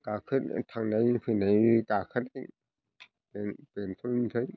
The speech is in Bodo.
गाखो थांनायनि फैनायनि गाखोदो बेंटलनिफ्राय